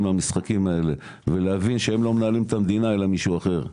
מהמשחקים האלה ולהבין שהם לא מנהלים את המדינה אלא מישהו אחר.